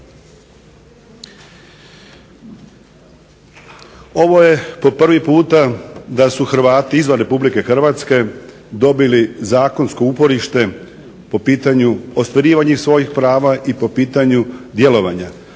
Ovo je po prvi puta da su Hrvati izvan Republike Hrvatske dobili zakonsko uporište po pitanju ostvarivanja svojih prava i po pitanju djelovanja.